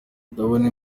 ndabona